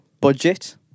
budget